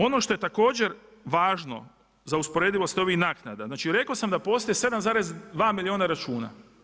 Ono što je također važno za usporedivost ovih naknada, znači rekao sam da postoji 7,2 milijuna računa.